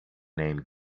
name